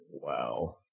Wow